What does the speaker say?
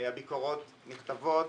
הביקורות נכתבות,